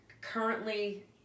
Currently